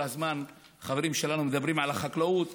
כל הזמן החברים שלנו מדברים על החקלאות,